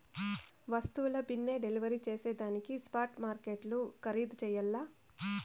వస్తువుల బిన్నే డెలివరీ జేసేదానికి స్పాట్ మార్కెట్లు ఖరీధు చెయ్యల్ల